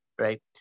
right